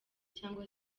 cyangwa